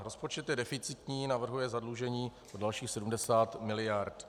Rozpočet je deficitní, navrhuje zadlužení dalších 70 mld.